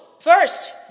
First